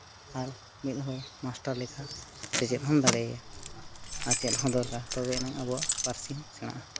ᱟᱨ ᱢᱤᱫ ᱦᱚᱲ ᱢᱟᱥᱴᱟᱨ ᱞᱮᱠᱟ ᱥᱮᱪᱮᱫ ᱦᱚᱢ ᱫᱟᱲᱮᱭᱟᱭᱟ ᱟᱨ ᱪᱮᱫ ᱦᱚᱸ ᱫᱚᱨᱠᱟᱨ ᱛᱚᱵᱰᱮ ᱟᱱᱟᱝ ᱟᱵᱣᱟᱜ ᱯᱟᱹᱨᱥᱤ ᱦᱚᱸ ᱥᱮᱬᱟᱜᱼᱟ